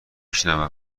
شنوم